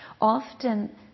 Often